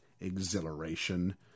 exhilaration